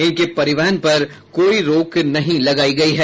इनके परिवहन पर कोई रोक नहीं लगायी गयी है